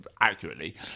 accurately